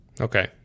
Okay